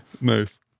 Nice